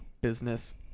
business